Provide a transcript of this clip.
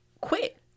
quit